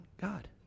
God